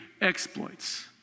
exploits